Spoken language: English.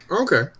Okay